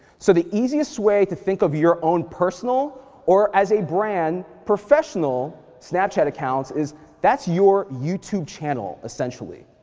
so the easiest way to think of your own personal or as a brand professional snapchat account is that's your youtube channel, essentially.